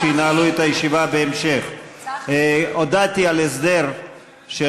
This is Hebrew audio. שינהלו את הישיבה בהמשך הודעתי על הסדר של